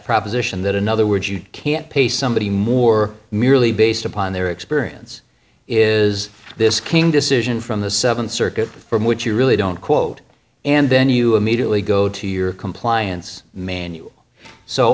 proposition that in other words you can't pay somebody more merely based upon their experience is this came decision from the seventh circuit from which you really don't quote and then you immediately go to your compliance manual so